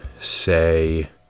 say